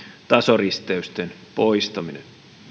tasoristeysten poistaminen